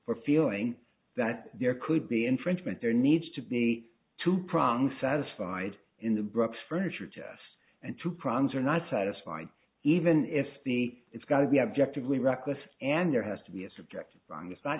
for feeling that there could be infringement there needs to be a two prong satisfied in the brocks furniture test and two problems are not satisfied even if the it's got to be objectively reckless and there has to be a subject wrong it's not